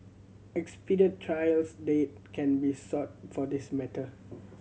expedited trials date can be sought for this matter